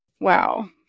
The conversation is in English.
Wow